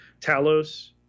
Talos